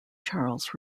charles